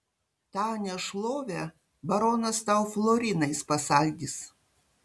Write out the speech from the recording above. tą nešlovę baronas tau florinais pasaldys